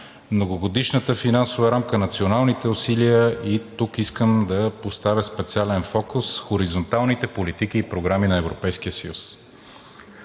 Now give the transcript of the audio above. Многогодишната финансова рамка, националните усилия, и тук искам да поставя специален фокус – хоризонталните политики и програми на Европейския съюз.